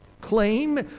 claim